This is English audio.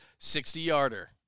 60-yarder